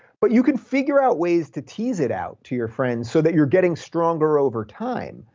but you can figure out ways to tease it out to your friends so that you're getting stronger over time.